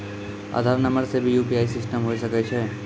आधार नंबर से भी यु.पी.आई सिस्टम होय सकैय छै?